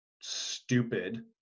stupid